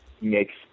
makes